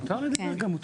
מותר לדבר גם.